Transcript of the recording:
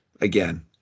again